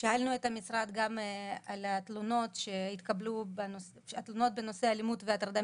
שאלנו את המשרד גם על התלונות בנושא אלימות והטרדה